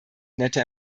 netter